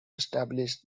established